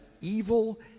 evil